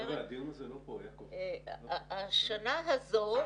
השנה זו,